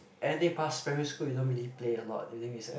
any past primary school you don't really play a lot during recess